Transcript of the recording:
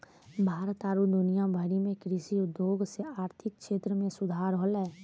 भारत आरु दुनिया भरि मे कृषि उद्योग से आर्थिक क्षेत्र मे सुधार होलै